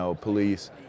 police